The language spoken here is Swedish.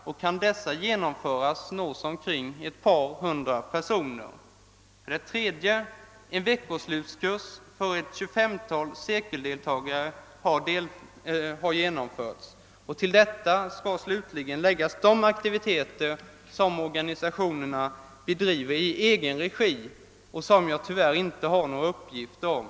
Om dessa kan genomföras, nås ett par hundra personer. 3) En veckoslutkurs för ett 25-tal cirkelledare har genomförts. Till detta skall slutligen läggas de aktiviteter som organisationerna bedriver i egen regi och som jag tyvärr inte har några uppgifter om.